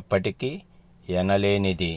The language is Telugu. ఎప్పటికీ ఎనలేనిది